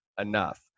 enough